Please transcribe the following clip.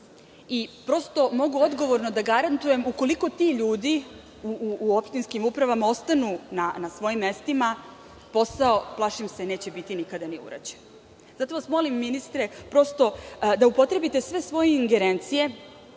Prosto, mogu odgovorno da garantujem, ukoliko ti ljudi u opštinskim upravama ostanu na svojim mestima, plašim se da posao neće biti nikada ni urađen. Zato vas molim, ministre, da upotrebite sve svoje ingerencije